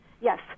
Yes